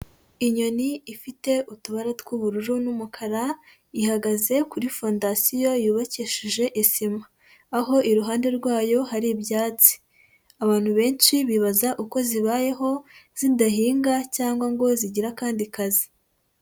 Inyoni ifite utubara tw'ubururu n'umukara, ihagaze kuri fondasiyo yubakishije isima, aho iruhande rwayo hari ibyatsi, abantu benshi bibaza uko zibayeho zidahinga cyangwa ngo zigire akandi kazi.